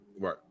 right